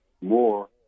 more